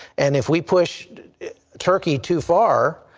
and if we push turkey too far,